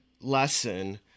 lesson